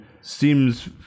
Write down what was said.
seems